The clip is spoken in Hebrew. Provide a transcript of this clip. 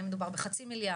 האם מדובר על חצי מיליארד,